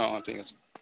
অ' অ' ঠিক আছে